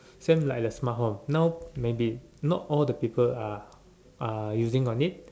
same like the smart home now may be not all the people are are using on it